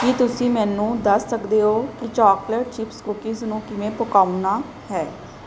ਕੀ ਤੁਸੀਂ ਮੈਨੂੰ ਦੱਸ ਸਕਦੇ ਹੋ ਕਿ ਚਾਕਲੇਟ ਚਿਪਸ ਕੂਕੀਜ਼ ਨੂੰ ਕਿਵੇਂ ਪਕਾਉਣਾ ਹੈ